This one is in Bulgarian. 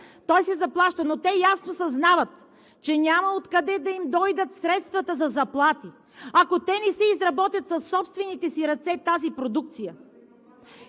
той се заплаща, но те ясно съзнават, че няма откъде да им дойдат средствата за заплати, ако те не изработят със собствените си ръце тази продукция.